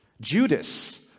Judas